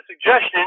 suggestion